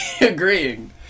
Agreeing